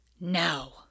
now